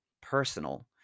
personal